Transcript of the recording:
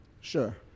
sure